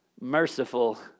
merciful